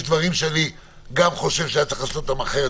יש דברים שאני גם חושב שהיה צריך לעשות אותם אחרת,